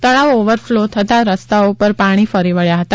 તળાવ ઓવરફલો થતા રસ્તાઓ પર પાણી ફરી વબ્યા હતા